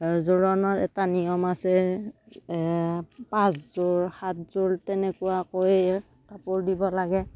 জোৰণৰ এটা নিয়ম আছে পাঁচযোৰ সাতযোৰ তেনেকুৱাকৈ কাপোৰ দিব লাগে